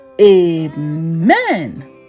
amen